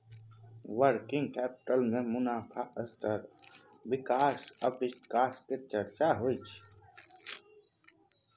working capital में मुनाफ़ा स्तर विकास आ विस्तार के चर्चा होइ छइ